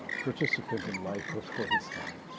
participant in life ah for his time.